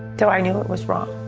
though i knew it was wrong.